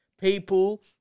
people